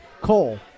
Cole